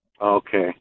Okay